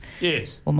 Yes